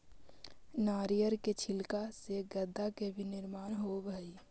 नारियर के छिलका से गद्दा के भी निर्माण होवऽ हई